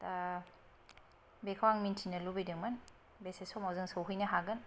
बेखौ आं मोन्थिनो लुबैदोंमोन बेसे समाव जों सौहैनो हागोन